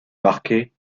marquet